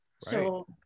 So-